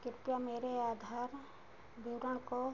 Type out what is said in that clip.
कृपया मेरे आधार विवरण को